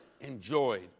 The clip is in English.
enjoyed